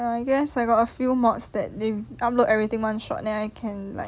I guess I got a few mods they upload everything then I can like